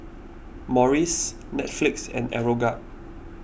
Morries Netflix and Aeroguard